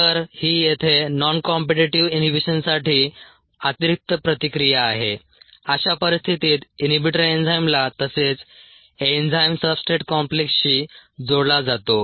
तर ही येथे नॉन कॉम्पीटीटीव्ह इनहिबिशनसाठी अतिरिक्त प्रतिक्रिया आहे अशा परिस्थितीत इनहिबिटर एन्झाइमला तसेच एन्झाइम सबस्ट्रेट कॉम्प्लेक्सशी जोडला जातो